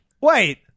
Wait